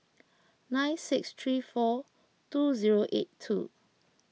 nine six three four two zero eight two